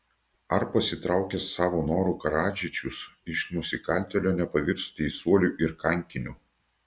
ar pasitraukęs savo noru karadžičius iš nusikaltėlio nepavirs teisuoliu ir kankiniu